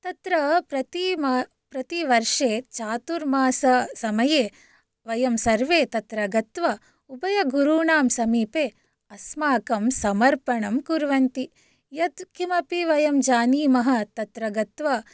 तत्र प्रतिमा प्रतिवर्षे चातुर्माससमये वयं सर्वे तत्र गत्वा उभयगुरूणां समीपे अस्माकं समर्पणं कुर्वन्ति यत् किमपि वयं जानीमः तत्र गत्वा